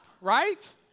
Right